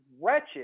wretched